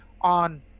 On